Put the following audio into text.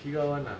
kick you out [one] lah